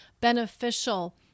beneficial